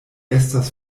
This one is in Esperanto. estas